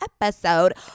episode